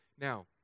Now